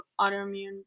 autoimmune